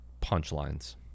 punchlines